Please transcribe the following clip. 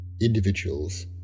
individuals